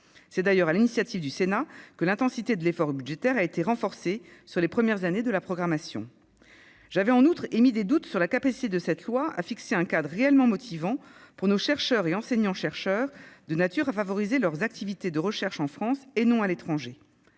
C'est d'ailleurs sur l'initiative du Sénat que l'intensité de l'effort budgétaire a été renforcée sur les premières années de la programmation. J'avais en outre émis des doutes sur la capacité de cette loi à fixer un cadre réellement motivant pour nos chercheurs et enseignants-chercheurs, susceptible de favoriser leurs activités de recherche en France et non à l'étranger.